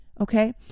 okay